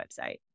website